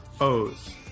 o's